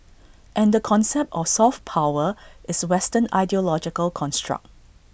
and the concept of soft power is western ideological construct